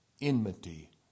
enmity